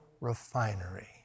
Refinery